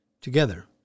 Together